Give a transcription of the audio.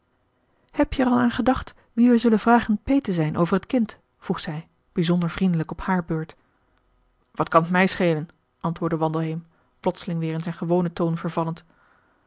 heb je er al aan gedacht wien wij zullen vragen peet te zijn over het kind vroeg zij bijzonder vriendelijk op haar beurt wat kan t mij schelen antwoordde wandelheem plotseling weer in zijn gewonen toon vervallend